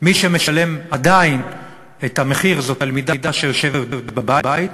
מי שמשלם עדיין את המחיר זו תלמידה שיושבת בבית,